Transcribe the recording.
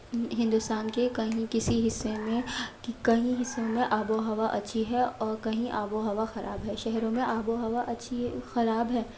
ہندوستان کے کہیں کسی حصے میں کئی حصوں میں آب و ہوا اچھی ہے اور کہیں آب و ہوا خراب ہے شہروں میں آب و ہوا اچھی ہے خراب ہے